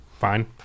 Fine